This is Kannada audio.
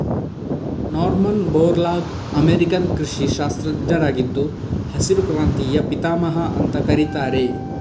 ನಾರ್ಮನ್ ಬೋರ್ಲಾಗ್ ಅಮೇರಿಕನ್ ಕೃಷಿ ಶಾಸ್ತ್ರಜ್ಞರಾಗಿದ್ದು ಹಸಿರು ಕ್ರಾಂತಿಯ ಪಿತಾಮಹ ಅಂತ ಕರೀತಾರೆ